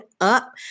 up